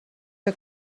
que